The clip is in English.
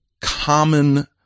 common